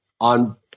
on